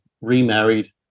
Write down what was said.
remarried